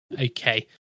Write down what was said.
Okay